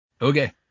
Okay